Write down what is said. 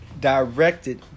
directed